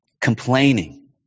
Complaining